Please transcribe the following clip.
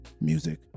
music